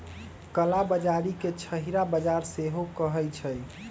कला बजारी के छहिरा बजार सेहो कहइ छइ